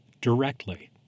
directly